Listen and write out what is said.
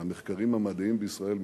מהמחקרים המדעיים בישראל,